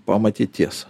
pamatyt tiesą